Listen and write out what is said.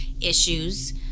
issues